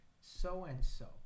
so-and-so